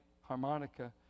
harmonica